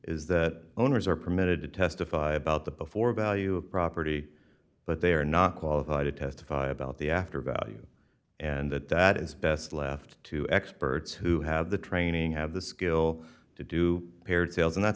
is that owners are permitted to testify about the before value of property but they are not qualified to testify about the after value and that that is best left to experts who have the training have the skill to do paired sales and that's